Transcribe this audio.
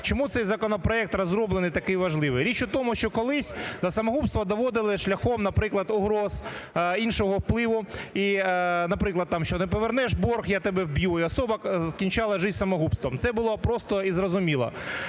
Чому цей законопроект розроблений такий важливий? Річ у тому, що колись до самогубства доводили шляхом, наприклад, угроз, іншого впливу, наприклад, там, що не повернеш борг, я тебе вб'ю і особа кінчала життя самогубством, це було просто і зрозуміло.